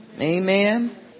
Amen